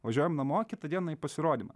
važiuojam namo kitą dieną į pasirodymą